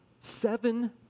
seven